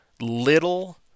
little